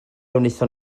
wnaethon